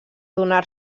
donar